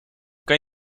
kan